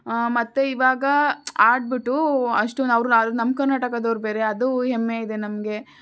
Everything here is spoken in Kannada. ಮತ್ತೆ ಇವಾಗ ಆಡಿಬಿಟ್ಟು ಅಷ್ಟು ಅವರು ಅದು ನಮ್ಮ ಕರ್ನಾಟಕದವರು ಬೇರೆ ಅದು ಹೆಮ್ಮೆ ಇದೆ ನಮಗೆ